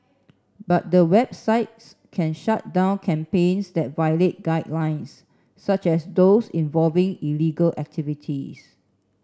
but the websites can shut down campaigns that violate guidelines such as those involving illegal activities